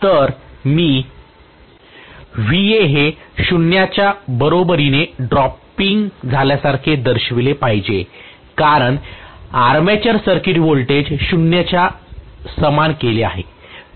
तर मी हे 0 च्या बरोबरीने ड्रॉपिंगसारखे दर्शविले पाहिजे कारण मी आर्मेचर सर्किट व्होल्टेज 0 च्या समान केले आहे